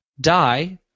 die